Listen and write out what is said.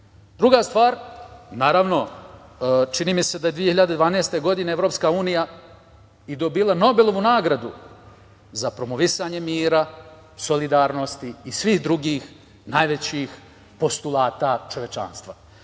stvar. Druga stvar, naravno, čini mi se da je 2012. godine EU i dobila Nobelovu nagradu za promovisanje mira, solidarnosti i svih drugih najvećih postulata čovečanstva.U